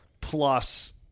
plus